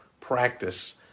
practice